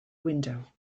window